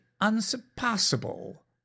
unsurpassable